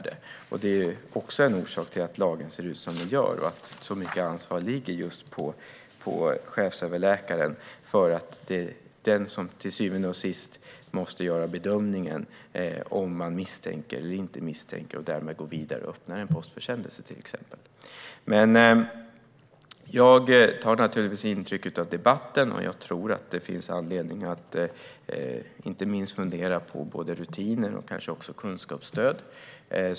Det är också en anledning till att lagen ser ut som den gör och att så mycket ansvar ligger på chefsöverläkaren, som till syvende och sist måste göra bedömningen om det finns något att misstänka och om man ska gå vidare och öppna en postförsändelse. Jag tar naturligtvis intryck av debatten. Jag tror att det finns anledning att fundera på både rutiner och kunskapsstöd.